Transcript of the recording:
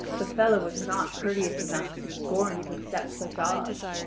the fellow was not courteous enough to scorn to accept such odds,